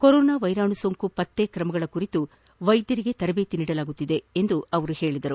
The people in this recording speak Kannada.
ಕೊರೊನಾ ವೈರಾಣು ಸೋಂಕು ಪತ್ತೆ ಕ್ರಮಗಳ ಕುರಿತು ವೈದ್ಯರಿಗೆ ತರಬೇತಿ ನೀಡಲಾಗುತ್ತಿದೆ ಎಂದು ಅವರು ಹೇಳಿದರು